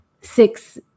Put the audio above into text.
six